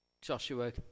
Joshua